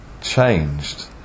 changed